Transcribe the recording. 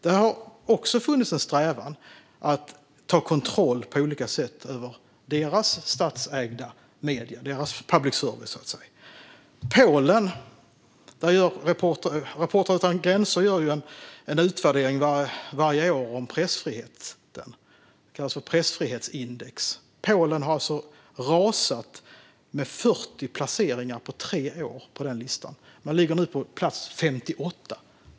Där har det också funnits en strävan att på olika sätt ta kontroll över deras statsägda medier - över deras public service. Reportrar utan gränser gör varje år en utvärdering av pressfriheten som kallas pressfrihetsindex. Polen har rasat med 40 placeringar på tre år på den listan och ligger nu på plats 58.